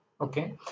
okay